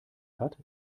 hat